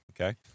Okay